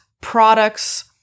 products